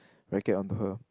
racket on her